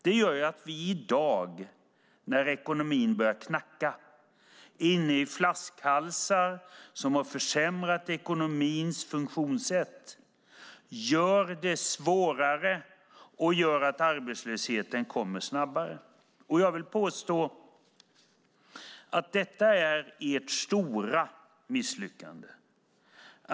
Detta gör att vi i dag, när ekonomin börjar bli knackig, kommer in i flaskhalsar som har försämrat ekonomins funktionssätt. Detta gör situationen svårare och att arbetslösheten kommer snabbare. Jag vill påstå att detta är ert stora misslyckande.